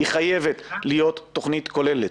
היא חייבת להיות תכנית כוללת.